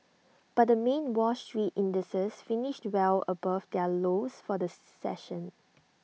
but the main wall street indices finished well above their lows for the session